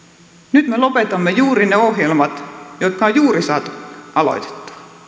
nyt me lopetamme juuri ne ohjelmat jotka on juuri saatu aloitettua